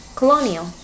colonial